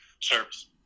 service